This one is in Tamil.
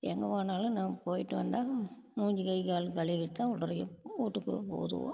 எங்கே போனாலும் நாங்க போய்விட்டு வந்தால் மூஞ்சு கை கால் கழுவிட்டுத் தான் உள்ளறயே வீட்டுக்குள்ள பூதுவோம்